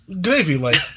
gravy-like